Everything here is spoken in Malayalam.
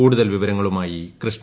കൂടുതൽ വിവരങ്ങളുമായി കൃഷ്ണ